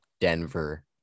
Denver